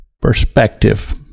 perspective